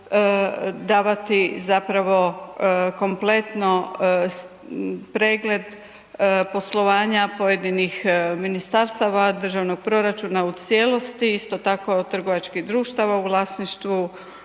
davati zapravo kompletno pregled poslovanja pojedinih ministarstva, državnog proračuna u cijelosti, isto tako trgovačkih društava u vlasništvu